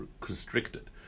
constricted